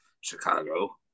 Chicago